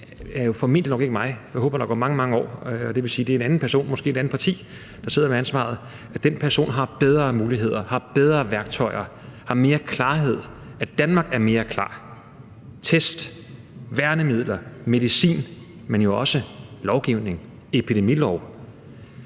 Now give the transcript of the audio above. formentlig ikke mig, og jeg håber, at der går mange, mange år, det vil sige, at det er en anden person, måske fra et andet parti, der sidder med ansvaret – bedre muligheder, bedre værktøjer, mere klarhed, og at Danmark er mere klar med hensyn til test, værnemidler, medicin, men jo også i forhold til lovgivning; epidemilov